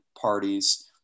parties